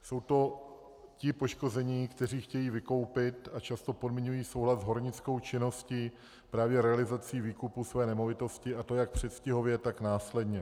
Jsou to ti poškození, kteří chtějí vykoupit a často podmiňují souhlas s hornickou činností právě realizací výkupu své nemovitosti, a to jak předstihově, tak následně.